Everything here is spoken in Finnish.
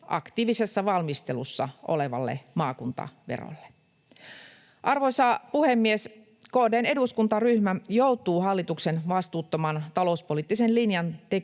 aktiivisessa valmistelussa olevalle maakuntaverolle. Arvoisa puhemies! KD:n eduskuntaryhmä joutuu hallituksen vastuuttoman talouspoliittisen linjan takia